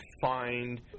find